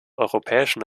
europäischen